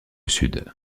sud